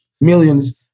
millions